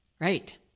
Right